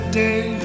day